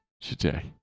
today